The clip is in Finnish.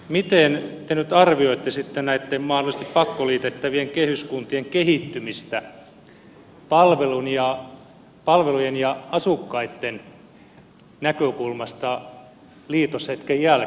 miten te nyt arvioitte sitten näitten mahdollisesti pakkoliitettävien kehyskuntien kehittymistä palvelujen ja asukkaitten näkökulmasta liitoshetken jälkeen